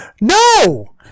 no